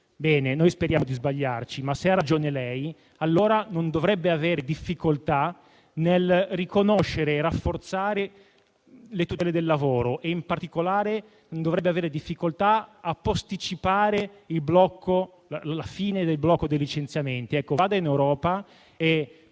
Noi speriamo di sbagliarci ma, se ha ragione lei, allora non dovrebbe avere difficoltà nel riconoscere e rafforzare le tutele del lavoro e, in particolare, non dovrebbe avere difficoltà a posticipare la fine del blocco dei licenziamenti. Vada in Europa e